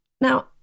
Now